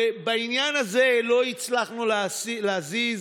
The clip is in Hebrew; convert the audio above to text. ובעניין הזה לא הצלחנו להזיז